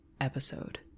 episode